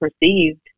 perceived